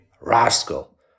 rascal